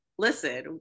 Listen